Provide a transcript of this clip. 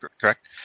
correct